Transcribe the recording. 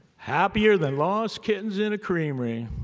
happier than lost kittens in a creamery.